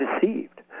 deceived